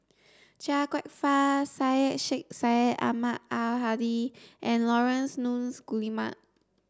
Chia Kwek Fah Syed Sheikh Syed Ahmad Al Hadi and Laurence Nunns Guillemard